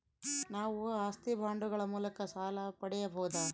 ನಾವು ಆಸ್ತಿ ಬಾಂಡುಗಳ ಮೂಲಕ ಸಾಲ ಪಡೆಯಬಹುದಾ?